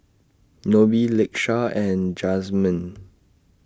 Nobie Lakesha and Jazmyn